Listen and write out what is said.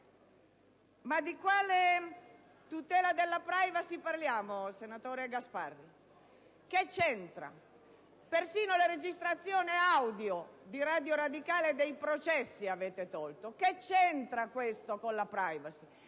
Ma di quale tutela della *privacy* parliamo, senatore Gasparri? Cosa c'entra? Avete tolto persino la registrazione audio di Radio Radicale dei processi. Che cosa c'entra questo con la *privacy?*